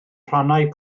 rhannau